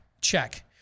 Check